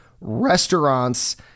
restaurants